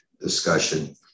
discussion